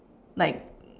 like